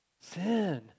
sin